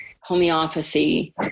homeopathy